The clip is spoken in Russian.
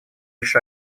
лишь